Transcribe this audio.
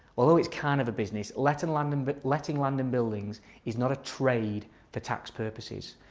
although it's kind of a business, letting land and but letting land and buildings is not a trade for tax purposes.